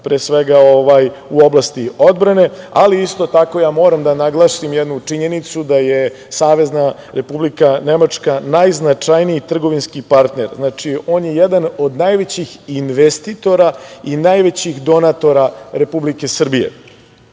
pre svega u oblasti odbrane. Isto tako, ja moram da naglasim jednu činjenicu da je Savezna Republika Nemačka najznačajniji trgovinski partner. Znači, on je jedan od najvećih investitora i najvećih donatora Srbije.